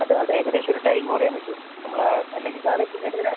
മറ്റന്നാൾ ഏകദേശം ഒരു ടൈമ് പറയാൻ പറ്റുമോ നമ്മൾ അല്ലെങ്കിൽ സാർ എത്തുന്നേന് ഒരര